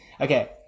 okay